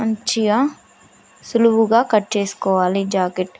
మంచిగా సులువుగా కట్ చేసుకోవాలి జాకెట్